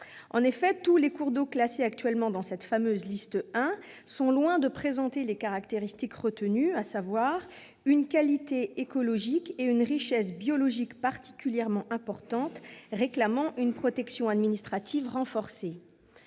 En effet, tous les cours d'eau ainsi classés sont loin de présenter les caractéristiques retenues, à savoir une qualité écologique et une richesse biologique particulièrement importantes réclamant une protection administrative renforcée.